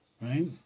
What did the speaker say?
right